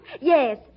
Yes